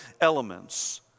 elements